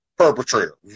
perpetrator